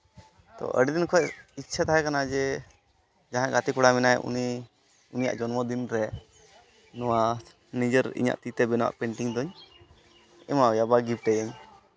ᱟᱹᱰᱤ ᱫᱤᱱ ᱠᱷᱚᱡ ᱤᱪᱪᱷᱟᱹ ᱛᱟᱦᱮᱸ ᱠᱟᱱᱟ ᱡᱮ ᱡᱟᱦᱟᱸᱭ ᱜᱟᱛᱮ ᱠᱚᱲᱟ ᱢᱮᱱᱟᱭᱟ ᱩᱱᱤ ᱩᱱᱤᱭᱟᱜ ᱡᱚᱱᱢᱚ ᱫᱤᱱ ᱨᱮ ᱱᱚᱣᱟ ᱱᱤᱡᱮᱨ ᱤᱧᱟᱜ ᱛᱤ ᱛᱮ ᱵᱮᱱᱟᱣᱟᱜ ᱯᱮᱱᱴᱤᱝ ᱫᱚᱧ ᱮᱢᱟᱣ ᱟᱭᱟ ᱵᱟ ᱜᱤᱯᱷᱴ ᱟᱭᱟᱧ